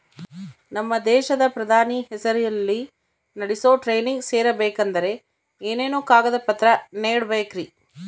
ನಮ್ಮ ದೇಶದ ಪ್ರಧಾನಿ ಹೆಸರಲ್ಲಿ ನಡೆಸೋ ಟ್ರೈನಿಂಗ್ ಸೇರಬೇಕಂದರೆ ಏನೇನು ಕಾಗದ ಪತ್ರ ನೇಡಬೇಕ್ರಿ?